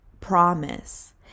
promise